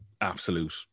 absolute